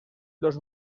los